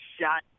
shot